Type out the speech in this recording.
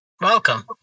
Welcome